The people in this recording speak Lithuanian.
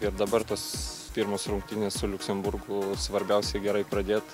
ir dabar tos pirmos rungtynės su liuksemburgu o svarbiausia gerai pradėt